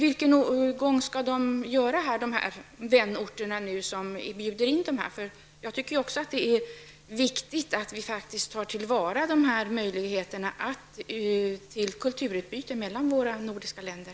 Vilken ordning skall de vänorter som bjuder in dessa grupper följa? Det är viktigt att vi tar till vara möjligheterna till kulturutbyte mellan våra grannländer.